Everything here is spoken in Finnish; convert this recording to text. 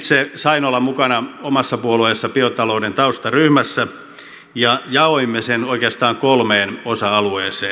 itse sain olla mukana omassa puolueessani biotalouden taustaryhmässä ja jaoimme sen oikeastaan kolmeen osa alueeseen